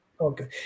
Okay